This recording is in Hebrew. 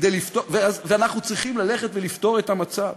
ואנחנו צריכים ללכת ולפתור את המצב.